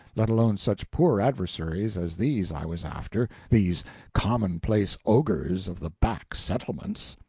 let alone such poor adversaries as these i was after, these commonplace ogres of the back settlements.